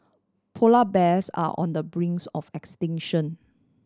polar bears are on the brinks of extinction